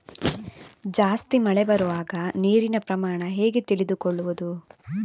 ಜಾಸ್ತಿ ಮಳೆ ಬರುವಾಗ ನೀರಿನ ಪ್ರಮಾಣ ಹೇಗೆ ತಿಳಿದುಕೊಳ್ಳುವುದು?